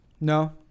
no